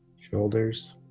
shoulders